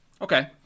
Okay